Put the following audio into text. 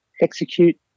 execute